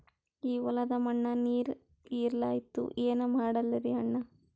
ಆ ಹೊಲದ ಮಣ್ಣ ನೀರ್ ಹೀರಲ್ತು, ಏನ ಮಾಡಲಿರಿ ಅಣ್ಣಾ?